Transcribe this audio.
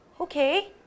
okay